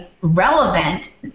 relevant